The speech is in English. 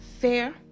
fair